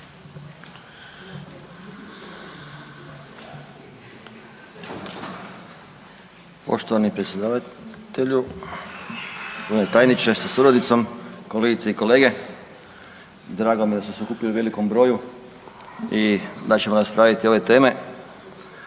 Poštovani predsjedavatelju, g. tajniče sa suradnicom, kolegice i kolege. Drago mi je da ste se okupili u velikom broju i da ćemo raspraviti ove teme.